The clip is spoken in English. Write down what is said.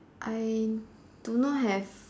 I do not have